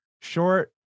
short